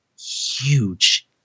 Huge